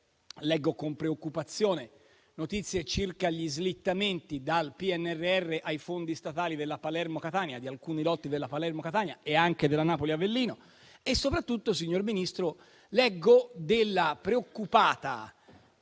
Leggo con preoccupazione notizie circa gli slittamenti dal PNRR ai fondi statali di alcuni lotti della Palermo-Catania e anche della Napoli-Avellino e soprattutto, signor Ministro, leggo della preoccupata